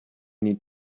need